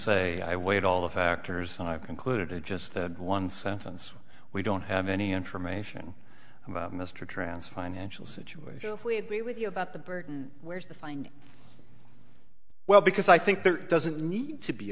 say i weighed all the factors i've concluded just the one sentence we don't have any information about mr trounce financial situation if we agree with you about the burden where's the fine well because i think there doesn't need to be